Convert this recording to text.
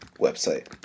website